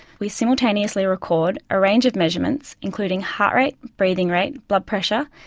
we simultaneously record a range of measurements, including heart rate, breathing rate, blood pressure,